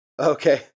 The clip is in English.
Okay